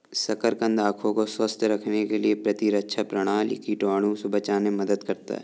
शकरकंद आंखों को स्वस्थ रखने के साथ प्रतिरक्षा प्रणाली, कीटाणुओं से बचाने में मदद करता है